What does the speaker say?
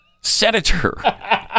Senator